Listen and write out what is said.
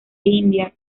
indias